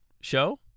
show